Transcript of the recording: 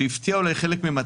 שיפתיע אולי חלק מהם,